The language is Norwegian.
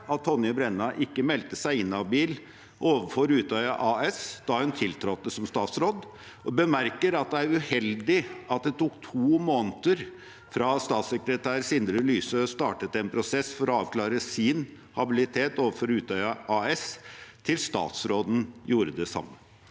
at Tonje Brenna ikke meldte seg inhabil overfor Utøya AS da hun tiltrådte som statsråd, og bemerker at det er uheldig at det tok to måneder fra statssekretær Sindre Lysø startet en prosess for å avklare sin habilitet overfor Utøya AS til statsråden gjorde det samme.